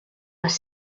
les